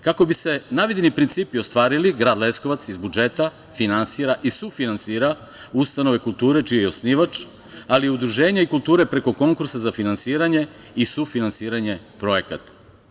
Kako bi se navedeni principi ostvarili, grad Leskovac iz budžeta finansira i sufinansira ustanove kulture čiji je osnivač, ali i udruženja kulture preko konkursa za finansiranje i sufinansiranje projekata.